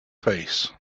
face